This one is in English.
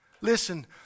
Listen